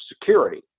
security